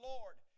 Lord